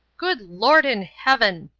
good lord in heaven!